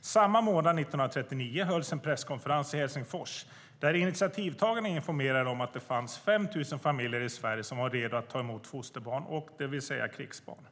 Samma månad 1939 hölls en presskonferens i Helsingfors där initiativtagarna informerade om att det fanns 5 000 familjer i Sverige som var redo att ta emot fosterbarn, det vill säga krigsbarn.